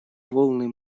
волны